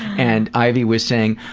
and ivy was saying,